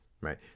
Right